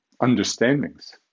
understandings